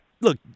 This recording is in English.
Look –